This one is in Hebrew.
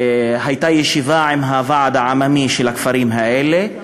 הייתה ישיבה עם הוועד העממי של הכפרים האלה,